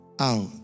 out